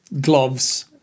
gloves